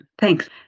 Thanks